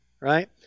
right